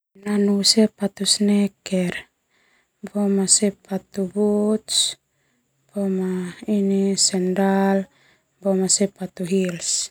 Nanu sepatu sneaker, boma sepatu boots, boma ini sendal, boma sepatu heels.